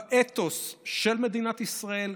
באתוס של מדינת ישראל,